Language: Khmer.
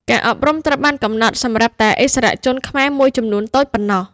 ការអប់រំត្រូវបានកំណត់សម្រាប់តែឥស្សរជនខ្មែរមួយចំនួនតូចប៉ុណ្ណោះ។